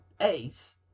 Ace